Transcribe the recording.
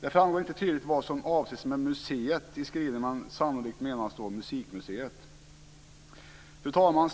Det framgår inte tydligt vad som avses med "museet". Sannolikt menar man Musikmuseet. Fru talman!